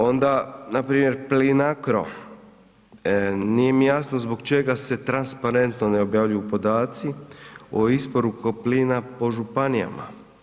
Onda npr. Plinacro, nije mi jasno zbog čega se transparentno ne objavljuju podaci o isporuci plina po županijama.